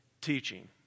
teaching